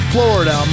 Florida